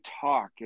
talk